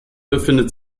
befindet